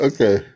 Okay